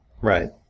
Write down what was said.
Right